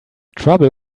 trouble